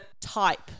type